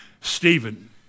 Stephen